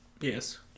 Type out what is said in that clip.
yes